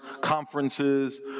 conferences